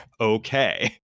okay